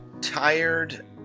Tired